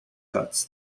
cuts